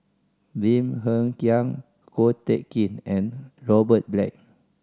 Lim Hng Kiang Ko Teck Kin and Robert Black